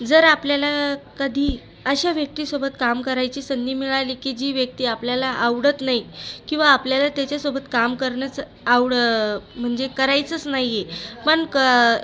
जर आपल्याला कधी अशा व्यक्तीसोबत काम करायची संधी मिळाली की जी व्यक्ती आपल्याला आवडत नाही किंवा आपल्याला त्याच्यासोबत काम करणंच आवडं म्हणजे करायचंच नाही आहे पण क